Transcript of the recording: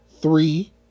three